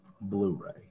Blu-ray